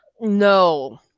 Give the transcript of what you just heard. No